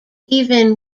even